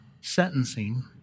sentencing